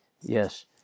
Yes